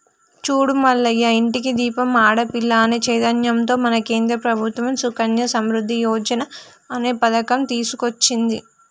చూడు మల్లయ్య ఇంటికి దీపం ఆడపిల్ల అనే చైతన్యంతో మన కేంద్ర ప్రభుత్వం సుకన్య సమృద్ధి యోజన అనే పథకం తీసుకొచ్చింది